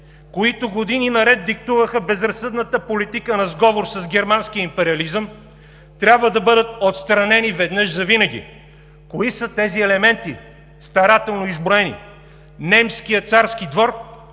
които години наред диктуваха безразсъдната политика на сговор с германския империализъм, трябва да бъдат отстранени веднъж завинаги.“ Кои са тези елементи, старателно изброени? „Немският царски двор,